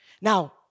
Now